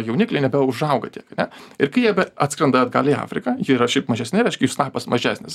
jaunikliai nebeužauga tiek ane ir kai jie atskrenda atgal į afriką jie yra šiaip mažesni reiškia jų snapas mažesnis